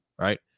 right